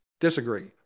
disagree